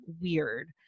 weird